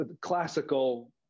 classical